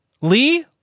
Lee